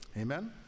Amen